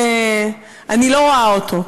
אני לא רואה אותו.